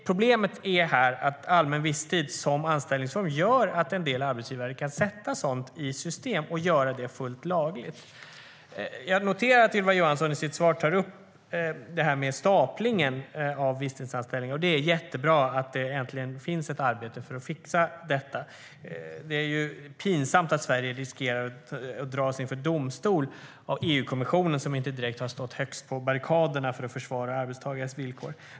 Problemet här är att allmän visstid som anställningsform gör att en del arbetsgivare kan sätta sådant i system och göra det fullt lagligt. Jag noterar att Ylva Johansson i sitt svar tar upp detta med staplingen av visstidsanställningar, och det är jättebra att det äntligen finns ett arbete för att fixa detta. Det är ju pinsamt att Sverige riskerar att dras inför domstol av EU-kommissionen, som inte direkt har stått högst på barrikaderna för att försvara arbetstagares villkor.